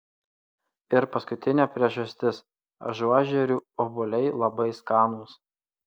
ir paskutinė priežastis ažuožerių obuoliai labai skanūs